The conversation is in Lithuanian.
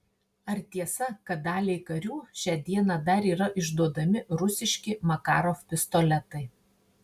ar tiesa kad daliai karių šią dieną dar yra išduodami rusiški makarov pistoletai